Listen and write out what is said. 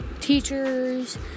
teachers